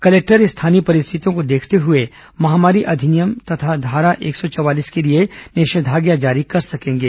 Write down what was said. collector स्थानीय परिस्थितियों को देखते हुए महामारी अधिनियम तथा धारा एक सौ चवालीस के लिए निषेधाज्ञा जारी कर सकेंगे